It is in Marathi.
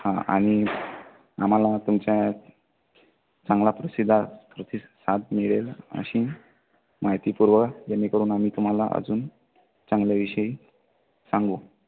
हां आणि आम्हाला तुमच्या चांगला प्रसिताद प्रतिसाद मिळेल अशी माहिती पुरवा जेणेकरून आम्ही तुम्हाला अजून चांगल्याविषयी सांगू